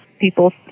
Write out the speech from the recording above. People